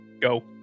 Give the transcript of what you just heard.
Go